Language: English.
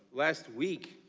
last week